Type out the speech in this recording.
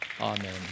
Amen